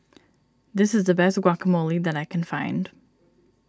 this is the best Guacamole that I can find